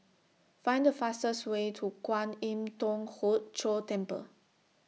Find The fastest Way to Kwan Im Thong Hood Cho Temple